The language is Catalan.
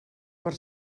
per